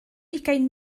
ugain